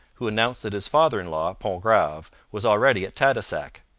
who announced that his father-in-law, pontgrave, was already at tadoussac.